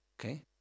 okay